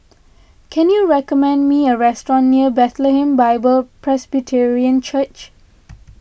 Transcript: can you recommend me a restaurant near Bethlehem Bible Presbyterian Church